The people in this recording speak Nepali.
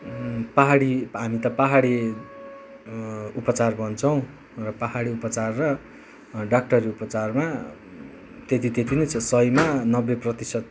पहाडि हामी त पहाडि उपचार भन्छौँ र पहाडि उपचार र डाक्टरी उपचारमा त्यति त्यति नै छ सयमा नब्बे प्रतिशत